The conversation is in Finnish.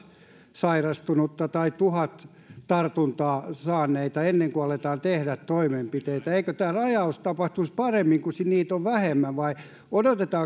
sairastunutta tai tuhat tartunnan saanutta ennen kuin aletaan tehdä toimenpiteitä eikö tämä rajaus tapahtuisi paremmin kun niitä on vähemmän vai